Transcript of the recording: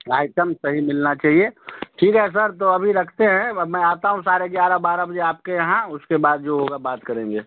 item सही मिलना चाहिए ठीक है सर तो अभी रखते हैं अब मैं आता हूँ साढ़े ग्यारह बारह बजे आप के यहाँ उसके बाद जो होगा बात करेंगे